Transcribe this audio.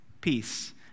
peace